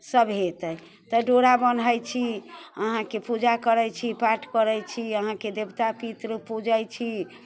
सब हेतै तैं डोरा बन्है छी अहाँके पूजा करै छी पाठ करै छी अहाँके देवता पित्र पूजै छी